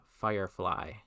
Firefly